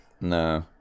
No